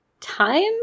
time